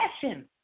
passion